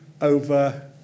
over